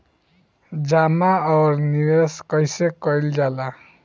जमा और निवेश कइसे कइल जाला?